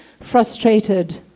frustrated